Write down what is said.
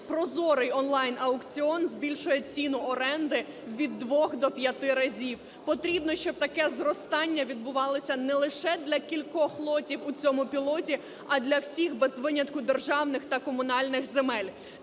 прозорий онлайн-аукціон збільшує ціну оренди від 2 до 5 разів. Потрібно, щоб таке зростання відбувалося не лише для кількох лотів у цьому пілоті, а для всіх без винятку державних та комунальних земель.